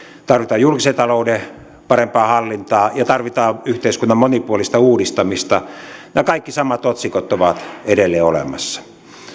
tarvitaan julkisen talouden parempaa hallintaa ja tarvitaan yhteiskunnan monipuolista uudistamista nämä kaikki samat otsikot ovat edelleen olemassa